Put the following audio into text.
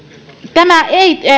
tämä ei